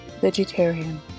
Vegetarian